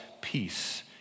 peace